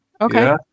Okay